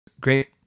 Great